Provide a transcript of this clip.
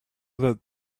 that